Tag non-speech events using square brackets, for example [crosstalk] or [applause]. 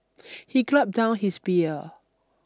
[noise] he gulped down his beer